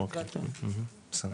אוקי, בסדר.